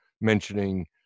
mentioning